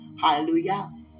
Hallelujah